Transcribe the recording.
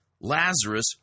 Lazarus